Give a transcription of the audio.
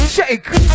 Shake